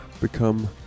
become